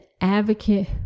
advocate